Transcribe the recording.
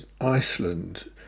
Iceland